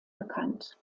bekannt